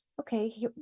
okay